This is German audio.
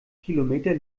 kilometer